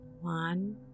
One